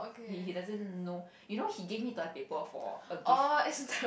he he doesn't know you know he give me toilet paper for a gift